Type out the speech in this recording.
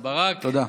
תודה.